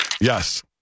Yes